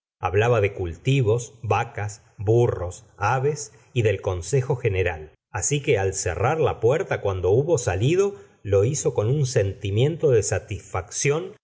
hablaba de cultivos vacas burros aves y del consejo general así que al cerrar la puerta cuando hubo salido lo hizo con un sentimiento de satisfacción